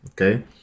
okay